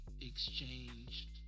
exchanged